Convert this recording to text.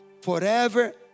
forever